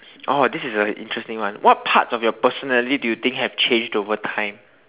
oh this is a interesting one what parts of your personality do you think have changed over time